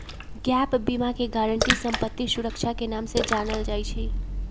gap बीमा के guarantee संपत्ति सुरक्षा के नाम से जानल जाई छई